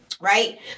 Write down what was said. Right